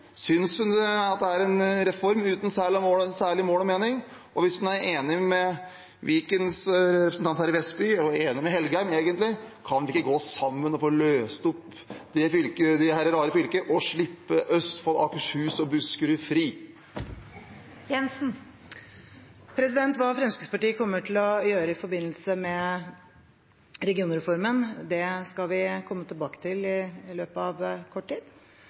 Synes hun det er en reform uten noe særlig mål og mening? Hvis hun egentlig er enig med Fremskrittspartiets representant i Vestby og Engen-Helgheim, kan vi ikke da gå sammen og få løst opp dette rare fylket og slippe Østfold, Akershus og Buskerud fri? Hva Fremskrittspartiet kommer til å gjøre i forbindelse med regionreformen, skal vi komme tilbake til i løpet av kort tid.